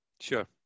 Sure